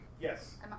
Yes